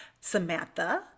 Samantha